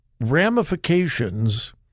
ramifications